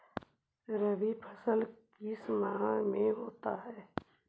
रवि फसल किस माह में होते हैं?